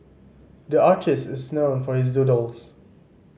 the artist is known for his doodles